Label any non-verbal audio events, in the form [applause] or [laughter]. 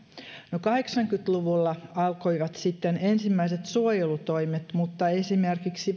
tuhatyhdeksänsataakahdeksankymmentä luvulla alkoivat sitten ensimmäiset suojelutoimet mutta esimerkiksi [unintelligible]